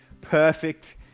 perfect